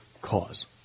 cause